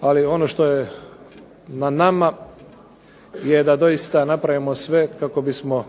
Ali ono što je na nama je da doista napravimo sve kako bismo